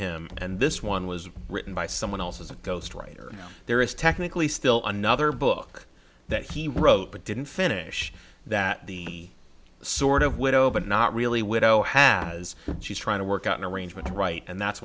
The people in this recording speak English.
him and this one was written by someone else as a ghost writer there is technically still another book that he wrote but didn't finish that the sort of widow but not really widow has she's trying to work out an arrangement right and that's